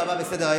תודה רבה.